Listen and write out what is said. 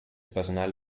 personal